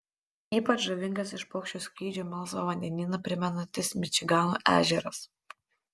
ypač žavingas iš paukščio skrydžio melsvą vandenyną primenantis mičigano ežeras